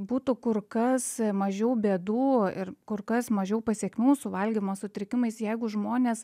būtų kur kas mažiau bėdų ir kur kas mažiau pasekmių su valgymo sutrikimais jeigu žmonės